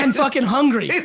and fucking hungry.